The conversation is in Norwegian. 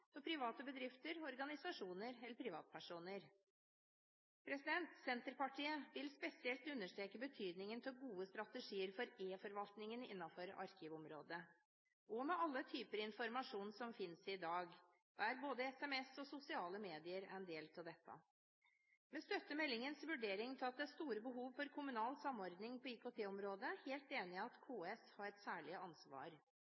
private bedrifter, organisasjoner eller privatpersoner. Senterpartiet vil spesielt understreke betydningen av gode strategier for e-forvaltningen innenfor arkivområdet. Med alle typer informasjon som finnes i dag, er både SMS og sosiale medier en del av dette. Vi støtter meldingens vurdering av at det er store behov for kommunal samordning på IKT-området, og er helt enig i at